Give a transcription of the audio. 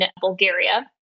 Bulgaria